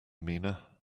mina